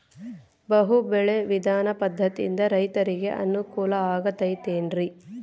ಬಹು ಬೆಳೆ ವಿಧಾನ ಪದ್ಧತಿಯಿಂದ ರೈತರಿಗೆ ಅನುಕೂಲ ಆಗತೈತೇನ್ರಿ?